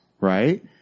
right